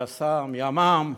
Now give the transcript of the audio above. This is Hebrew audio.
יס"מ, ימ"מ,